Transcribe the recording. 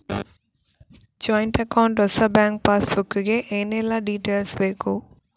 Joint account ಹೊಸ bank pass book ಗೆ ಏನೆಲ್ಲ ಡೀಟೇಲ್ಸ್ ಬೇಕು?